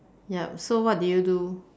yup so what did you do